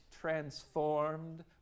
transformed